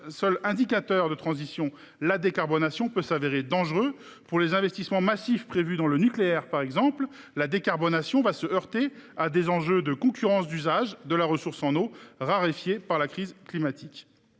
seul indicateur de transition la décarbonation peut s’avérer dangereux. Pour les investissements massifs prévus dans le nucléaire, par exemple, la décarbonation se heurtera à des enjeux de concurrence d’usage de la ressource en eau, raréfiée par la crise climatique.